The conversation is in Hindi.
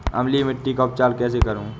अम्लीय मिट्टी का उपचार कैसे करूँ?